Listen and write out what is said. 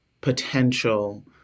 potential